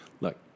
Look